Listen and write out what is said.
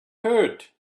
hurt